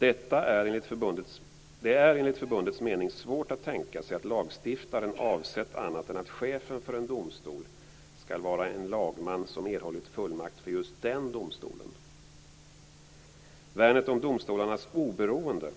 Det är enligt förbundets mening svårt att tänka sig att lagstiftaren avsett annat än att chefen för en domstol skall vara en lagman som erhållit fullmakt för just den domstolen. - Värnet om domstolarnas oberoende